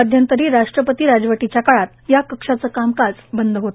मध्यंतरी राष्ट्रपती राजवटीच्या काळात या कक्षाचे कामकाज बंद होते